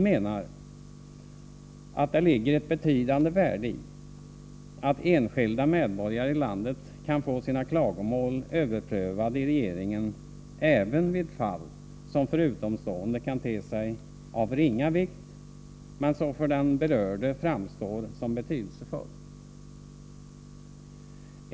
Det ligger enligt vår uppfattning ett betydande värde i att enskilda medborgare i landet kan få sina klagomål överprövade i regeringen även vid fall som för utomstående kan te sig av ringa vikt, men som för den berörde framstår som betydelsefulla.